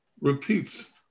repeats